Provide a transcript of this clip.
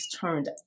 turned